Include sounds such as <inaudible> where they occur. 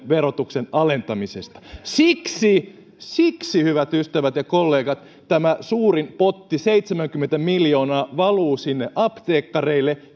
verotuksen alentamisesta siksi siksi hyvät ystävät ja kollegat tämä suurin potti seitsemänkymmentä miljoonaa valuu sinne apteekkareille <unintelligible>